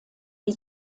die